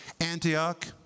Antioch